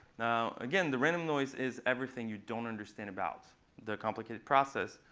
now, again, the random noise is everything you don't understand about the complicated process.